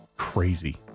crazy